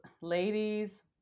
Ladies